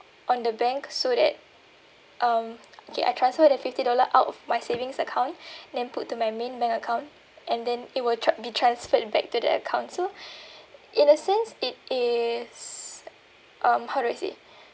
on the bank so that um okay I transfer the fifty dollar out of my savings account then put to my main bank account and then it will tra~ be transferred back to the account so in a sense it is um how do I say